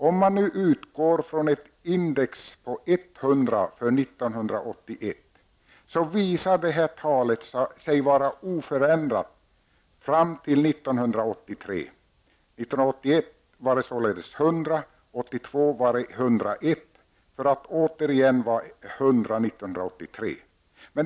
Om man utgår från ett index på 100 för år 1981 visar sig det här talet vara oförändrat fram till år 1983. År 1981 var det således 100, år 1982 var det 101 för att återigen vara 100 år 1983.